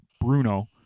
Bruno